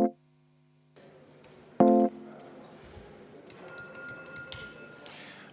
juurde.